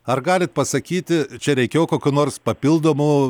ar galit pasakyti čia reikėjo kokių nors papildomų